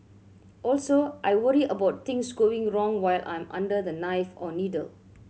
also I worry about things going wrong while I'm under the knife or needle